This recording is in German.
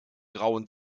grauen